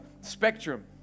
spectrum